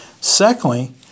Secondly